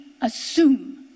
assume